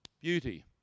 beauty